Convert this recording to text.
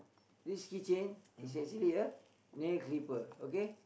this key chain is actually a nail clipper okay